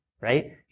right